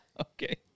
Okay